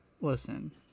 Listen